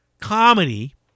comedy